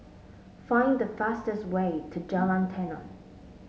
find the fastest way to Jalan Tenon